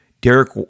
Derek